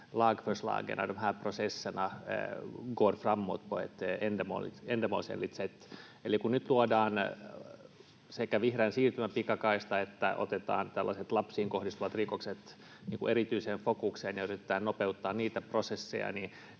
lagförslagen, de här processerna, går framåt på ett ändamålsenligt sätt? Eli kun nyt sekä tuodaan vihreän siirtymän pikakaista että otetaan lapsiin kohdistuvat rikokset erityiseen fokukseen ja yritetään nopeuttaa niitä prosesseja,